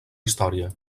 història